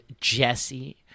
Jesse